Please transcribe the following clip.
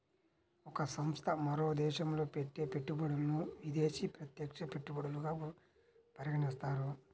ఒక సంస్థ మరో దేశంలో పెట్టే పెట్టుబడులను విదేశీ ప్రత్యక్ష పెట్టుబడులుగా పరిగణిస్తారు